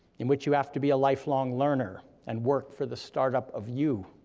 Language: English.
in which you have to be a lifelong learner and work for the startup of you,